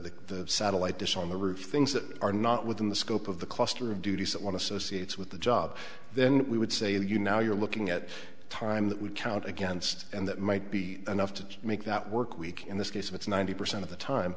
install the satellite dish on the roof things that are not within the scope of the cluster of duties that one associates with the job then we would say you now you're looking at time that would count against and that might be enough to make that work week in this case it's ninety percent of the time